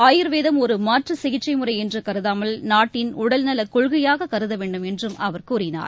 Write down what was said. ஆயுர்வேதம் ஒருமாற்றுசிகிச்சைமுறைஎன்றுகருதாமல் நாட்டின் உடல்நலகொள்கையாககருதவேண்டும் என்றும் அவர் கூறினார்